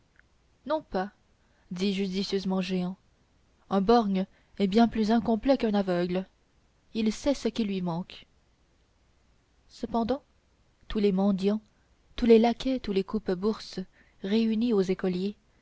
non pas dit judicieusement jehan un borgne est bien plus incomplet qu'un aveugle il sait ce qui lui manque cependant tous les mendiants tous les laquais tous les coupe bourses réunis aux écoliers